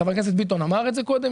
וחבר הכנסת ביטון אמר את זה קודם,